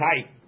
tight